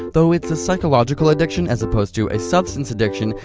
though it's a psychological addiction as opposed to a substance addiction,